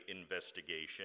investigation